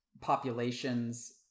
populations